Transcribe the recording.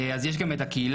אז יש גם את הקהילה,